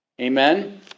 Amen